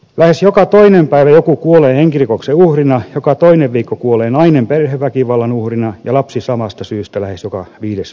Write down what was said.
lähes joka toinen päivä joku kuolee henkirikoksen uhrina joka toinen viikko kuolee nainen perheväkivallan uhrina ja lapsi samasta syystä lähes joka viides viikko